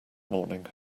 morning